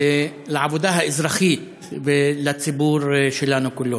לעבודה האזרחית ולציבור שלנו כולו.